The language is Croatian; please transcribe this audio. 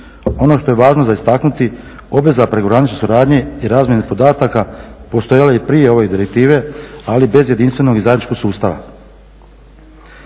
Ono što je važno za istaknuti, obveza prekogranične suradnje i razmjene podataka postojala je i prije ove direktive, ali bez jedinstvenog i zajedničkog sustava.